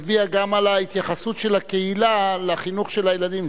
זה מצביע גם על ההתייחסות של הקהילה לחינוך של הילדים.